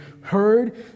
heard